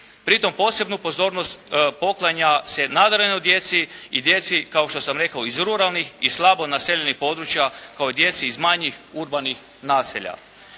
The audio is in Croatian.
Pritom posebnu pozornost poklanja se nadarenoj djeci i djeci, kao što sam rekao, iz ruralnih i slabo naseljenih područja, kao i djeci iz manjih urbanih naselja.